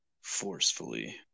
forcefully